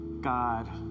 God